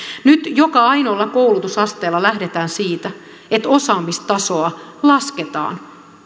nyt joka ainoalla koulutusasteella lähdetään siitä että osaamistasoa lasketaan